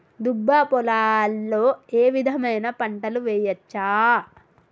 దుబ్బ పొలాల్లో ఏ విధమైన పంటలు వేయచ్చా?